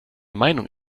meinung